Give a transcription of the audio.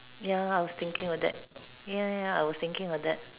ya I was thinking of that ya ya I was thinking of that